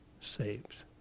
Saved